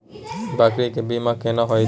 बकरी के बीमा केना होइते?